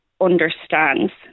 understands